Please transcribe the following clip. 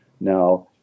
Now